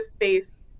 face